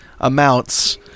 amounts